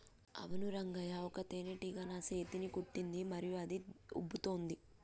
అవును రంగయ్య ఒక తేనేటీగ నా సేతిని కుట్టింది మరియు అది ఉబ్బుతోంది